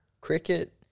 cricket